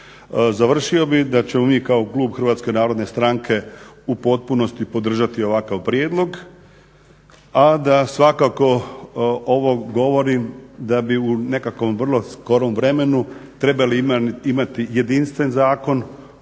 Završio bih da ćemo mi kao klub HNS-a u potpunosti podržati ovakav prijedlog, a da svakako ovo govorim da bi u nekakvom vrlo skorom vremenu trebali imati jedinstven zakon